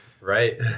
right